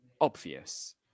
obvious